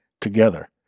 together